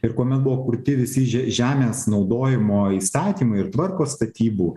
ir kuomet buvo kurti visi že že žemės naudojimo įstatymai ir tvarkos statybų